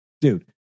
dude